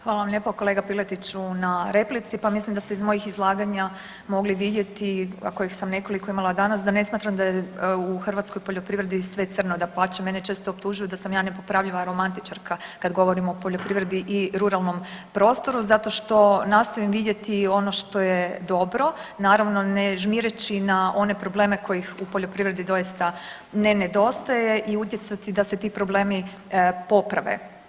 Hvala vam lijepo kolega Piletiću na replici, pa mislim da ste iz mojih izlaganja mogli vidjeti, a kojih sam nekoliko imala danas, da ne smatram da je u hrvatskoj poljoprivredi sve crno, dapače mene često optužuju da sam ja nepopravljiva romantičarka kad govorim o poljoprivredi i ruralnom prostoru zato što nastojim vidjeti ono što je dobro, naravno ne žmireći na one probleme kojih u poljoprivredi doista ne nedostaje i utjecati da se ti problemi poprave.